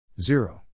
zero